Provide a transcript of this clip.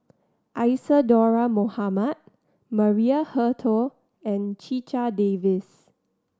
Isadhora Mohamed Maria Hertogh and Checha Davies